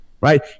right